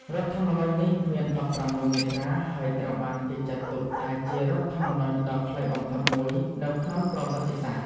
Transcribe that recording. រដ្ឋធម្មនុញ្ញនេះមាន ១៦ មាត្រា ហើយត្រូវបានគេចាត់ទុកថាជារដ្ឋធម្មនុញ្ញដ៏ខ្លីបំផុតមួយនៅក្នុងប្រវត្តិសាស្ត្រ។